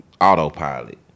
autopilot